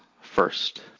first